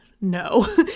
no